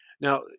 Now